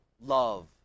love